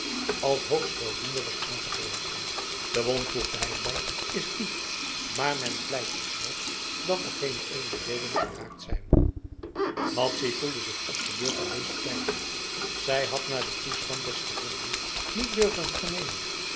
als hoogst weldoende was aangeprezen de wond voegde hij er bij is diep maar men vleit zich nog dat er geene edele deelen geraakt zijn madzy gevoelde zich opgebeurd door deze tijding zij had naar den toestand des gewonden niet durven vernemen